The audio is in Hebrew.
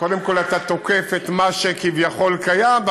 קודם כול אתה תוקף את מה שכביכול קיים,